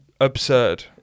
absurd